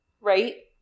right